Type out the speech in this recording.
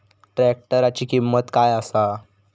ट्रॅक्टराची किंमत काय आसा?